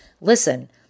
listen